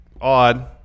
odd